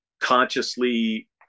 consciously